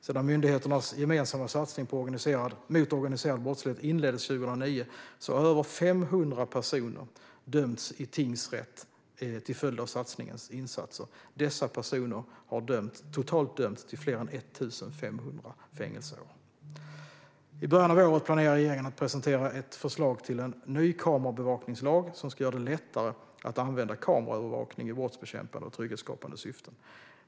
Sedan myndigheternas gemensamma satsning mot organiserad brottslighet inleddes 2009 har över 500 personer dömts i tingsrätt till följd av satsningens insatser. Dessa personer har totalt dömts till fler än 1 500 fängelseår. I början av året planerar regeringen att presentera ett förslag till en ny kamerabevakningslag som ska göra det lättare att använda kameraövervakning i brottsbekämpande och trygghetsskapande syften.